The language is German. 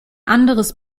anderes